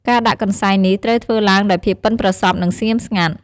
ការដាក់កន្សែងនេះត្រូវធ្វើឡើងដោយភាពប៉ិនប្រសប់ និងស្ងៀមស្ងាត់។